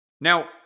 Now